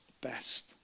best